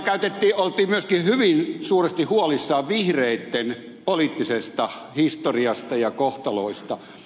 siellä oltiin myöskin hyvin suuresti huolissaan vihreitten poliittisesta historiasta ja kohtaloista